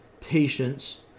patience